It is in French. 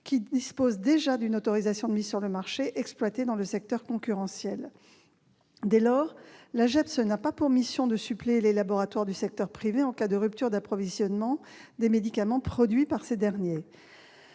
qui disposent déjà d'une autorisation de mise sur le marché exploitée dans le secteur concurrentiel. Dès lors, l'Agence n'a pas pour mission de suppléer les laboratoires du secteur privé en cas de rupture d'approvisionnement en médicaments produits par ces derniers.